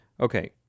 Okay